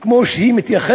כמו שהיא מתייחסת